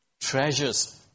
treasures